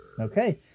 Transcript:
okay